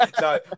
No